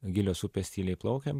gilios upės tyliai plaukia